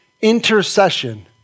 intercession